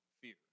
fear